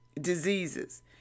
diseases